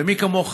ומי כמוך,